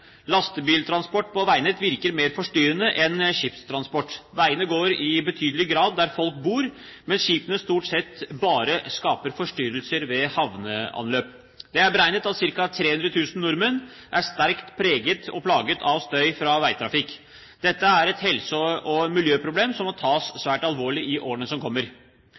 Lastebiltransport på veiene virker mer forstyrrende enn skipstransport. Veiene går i betydelig grad der folk bor, mens skipene stort sett bare skaper forstyrrelser ved havneanløp. Det er beregnet at ca. 300 000 nordmenn er sterkt preget og plaget av støy fra veitrafikk. Dette er et helse- og miljøproblem som må tas svært alvorlig i årene som kommer.